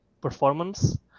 performance